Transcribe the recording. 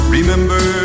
Remember